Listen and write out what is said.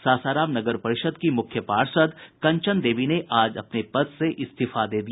सासाराम नगर परिषद् की मुख्य पार्षद कंचन देवी ने आज अपने पद से इस्तीफा दे दिया